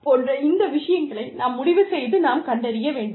போன்ற இந்த விஷயங்களை நாம் முடிவு செய்து நாம் கண்டறிய வேண்டும்